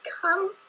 come